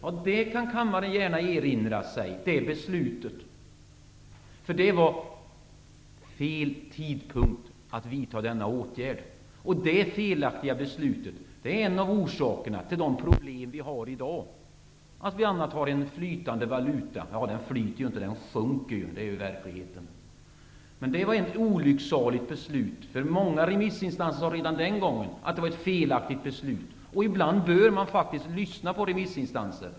Det beslutet kan kammaren gärna erinra sig, eftersom det var fel tidpunkt att vidta denna åtgärd. Det felaktiga beslutet är en av orsakerna till de problem vi i dag har. Vi har en flytande valuta. Ja, den flyter ju inte, utan den sjunker. Detta är verkligheten. Det var ett olycksaligt beslut. Många remissinstanser sade redan den gången att det var ett felaktigt beslut. Ibland bör man faktiskt lyssna på remissinstanser.